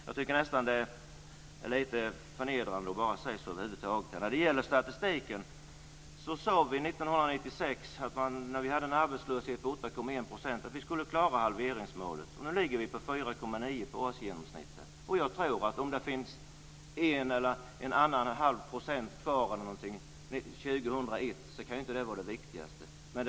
Jag tycker nästan att det är lite förnedrande bara att säga det. När det gäller statistiken kan jag säga att vi 1996, när vi hade en arbetslöshet på 8,1 %, sade att vi skulle klara halveringsmålet. Nu ligger årsgenomsnittet på 4,9 %. Om vi har en halv eller en procent kvar 2001 kan inte vara det viktigaste.